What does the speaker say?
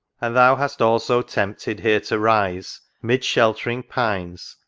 and thou hast also tempted here to rise, mid sheltering pines,